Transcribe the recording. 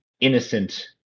innocent